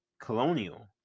Colonial